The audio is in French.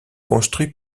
construit